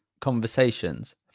conversations